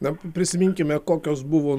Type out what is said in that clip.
na prisiminkime kokios buvo